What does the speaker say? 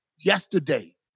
Yesterday